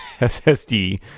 SSD